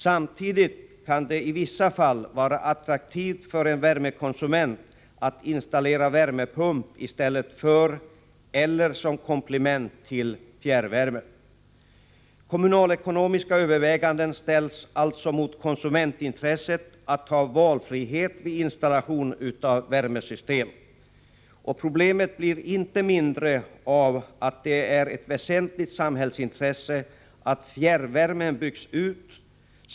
Samtidigt kan det i vissa fall vara attraktivt för en värmekonsument att installera värmepump i stället för, eller som komplement till, fjärrvärme. Kommunalekonomiska överväganden ställs alltså mot konsumentintresset att ha valfrihet vid installation av värmesystem. Problemet blir inte mindre av att det är ett väsentligt samhällsintresse att fjärrvärmen byggs ut.